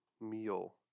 meal